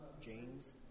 James